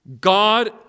God